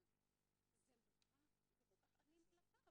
אבל זה נורא, זה כל כך אלים כלפיו.